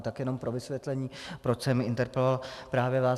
Tak jenom pro vysvětlení, proč jsem interpeloval právě vás.